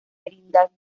merindad